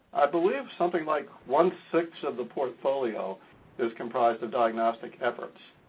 i believe something like one six of the portfolio is comprised of diagnostic efforts.